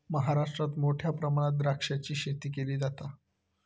महाराष्ट्रात मोठ्या प्रमाणात द्राक्षाची शेती केली जाता